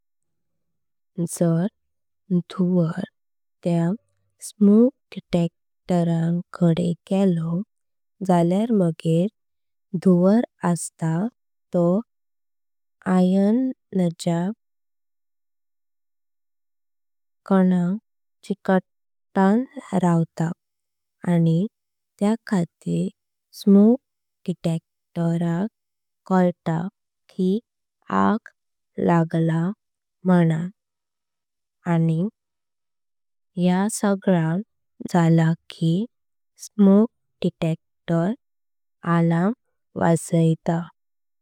जर दुवर त्या स्मोक डिटेक्टराकाडे गेलो जाळ्या मागे। धुवर अस्तां तो आयन नाच्य कानांक। चिक्टानं रावतां आनी त्या खतार स्मोक डिटेक्टर राक कालता। की आग लागला म्हणं आनी या सगळा जाळां की। स्मोक डिटेक्टर अलार्म वाजयता।